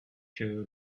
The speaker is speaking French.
que